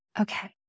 Okay